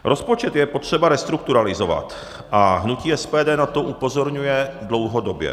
Rozpočet je potřeba restrukturalizovat a hnutí SPD na to upozorňuje dlouhodobě.